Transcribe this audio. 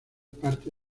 parte